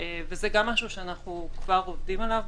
וגם זה משהו שאנחנו כבר עובדים עליו,